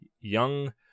young